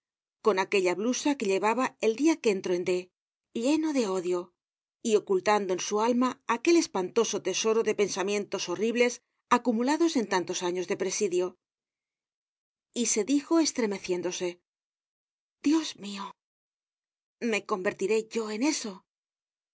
con aquella blusa que llevaba el dia que entró en d lleno de odio y ocultando en su alma aquel espantoso tesoro de pensamientos horribles acumulados en tantos años de presidio y se dijo estremeciéndose dios mio me convertiré yo en eso